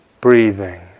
breathing